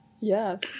yes